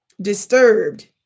disturbed